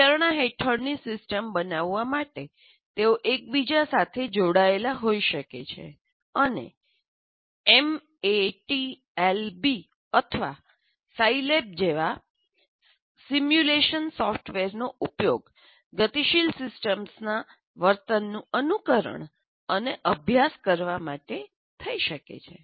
વિચારણા હેઠળની સિસ્ટમ બનાવવા માટે તેઓ એકબીજા સાથે જોડાયેલા હોઈ શકે છે અને મેટલેબ અથવા સાયલેબ જેવા સિમ્યુલેશન સોફ્ટવેરનો ઉપયોગ ગતિશીલ સિસ્ટમ્સના વર્તનનું અનુકરણ અને અભ્યાસ કરવા માટે થઈ શકે છે